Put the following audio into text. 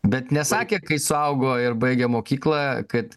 bet nesakė kai suaugo ir baigė mokyklą kad